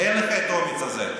אין לך את האומץ הזה.